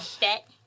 bet